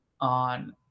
on